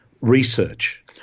research